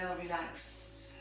relax.